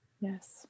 Yes